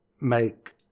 make